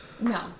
No